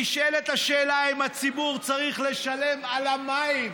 נשאלת השאלה אם הציבור צריך לשלם על המים,